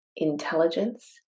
intelligence